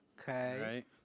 Okay